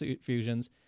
fusions